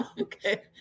Okay